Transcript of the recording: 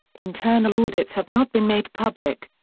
internal audits have not been made public.